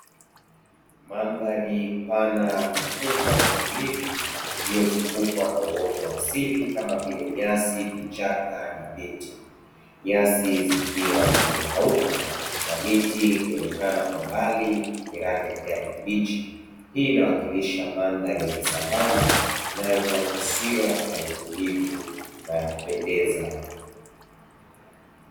Mandhari pana, kubwa na tulivu iliyozungukwa na uoto wa asili kama vile nyasi, vichaka na miti, nyasi zikiwa zimekauka na miti ikionekana kwa mbali yenye rangi ya kijani kibichi; hii inawakilisha mandhari ya kisavana inayotoa taswira ya utulivu na ya kupendeza.